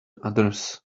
others